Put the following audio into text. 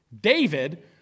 David